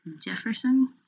Jefferson